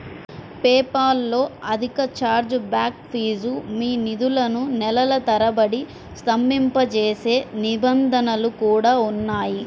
PayPal లో అధిక chargeback fee, మీ నిధులను నెలల తరబడి స్తంభింపజేసే నిబంధనలు కూడా ఉన్నాయి